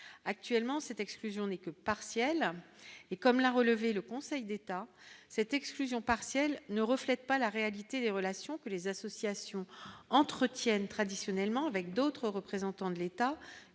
actuellement cette exclusion n'est que partielle et comme l'a relevé le Conseil d'État, cette exclusion partielle ne reflète pas la réalité des relations que les associations entretiennent traditionnellement avec d'autres représentants de l'État